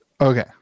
okay